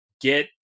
get